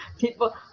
people